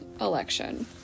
election